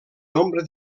nombre